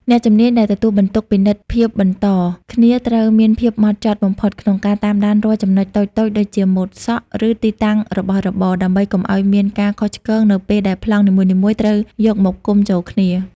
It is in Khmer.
អ្នកជំនាញដែលទទួលបន្ទុកពិនិត្យភាពបន្តគ្នាត្រូវមានភាពហ្មត់ចត់បំផុតក្នុងការតាមដានរាល់ចំណុចតូចៗដូចជា ម៉ូដសក់ ឬទីតាំងរបស់របរ ដើម្បីកុំឱ្យមានការខុសឆ្គងនៅពេលដែលប្លង់នីមួយៗត្រូវយកមកផ្គុំចូលគ្នា។